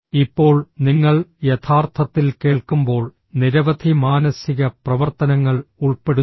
ഇപ്പോൾ നിങ്ങൾ യഥാർത്ഥത്തിൽ കേൾക്കുമ്പോൾ നിരവധി മാനസിക പ്രവർത്തനങ്ങൾ ഉൾപ്പെടുന്നു